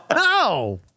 No